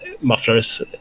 mufflers